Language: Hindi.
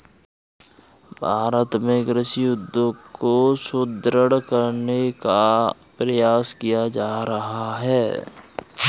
भारत में कृषि उद्योग को सुदृढ़ करने का प्रयास किया जा रहा है